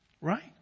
Right